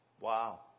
wow